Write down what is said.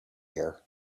here